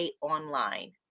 online